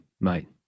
mate